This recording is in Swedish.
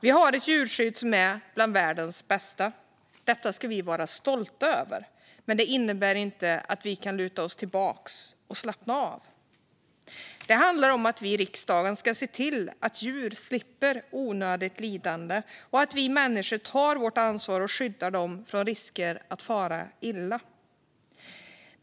Vi har ett djurskydd som är bland världens bästa. Detta ska vi vara stolta över. Men det innebär inte att vi kan luta oss tillbaka och slappna av. Vi i riksdagen ska se till att djur slipper onödigt lidande, och vi människor ska ta vårt ansvar och skydda djuren från risker att fara illa.